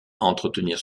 entretenir